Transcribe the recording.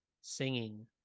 singing